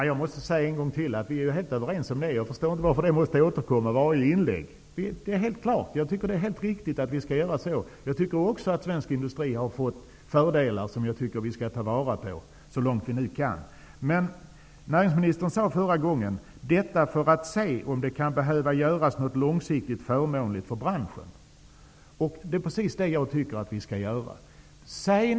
Herr talman! Jag måste en gång till säga att vi är överens om det. Jag förstår inte varför det måste återkomma i varje inlägg. Jag tycker att det är helt riktigt. Också jag tycker att svensk industri har fått fördelar som vi skall ta vara på så långt vi nu kan det. Men näringsministern sade förra gången att man skall avvakta för att se om det kan behöva göras något långsiktigt förmånligt för branschen. Det är precis det som jag tycker att vi skall göra.